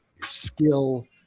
skill